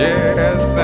Yes